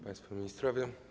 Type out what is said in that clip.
Państwo Ministrowie!